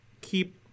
keep